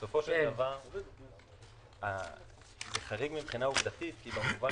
בסופו של דבר זה חריג עובדתית כי במובן